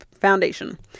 Foundation